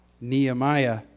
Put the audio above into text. Nehemiah